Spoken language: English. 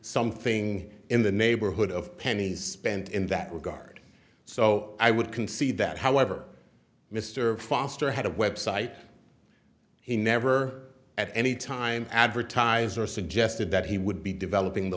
something in the neighborhood of pennies spent in that regard so i would concede that however mr foster had a website he never at any time advertiser suggested that he would be developing the